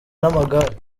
n’amagare